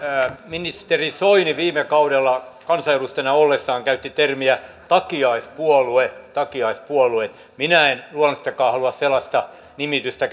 ministeri soini viime kaudella kansanedustajana ollessaan käytti termiä takiaispuolue takiaispuolue minä en luonnollisestikaan halua sellaista nimitystä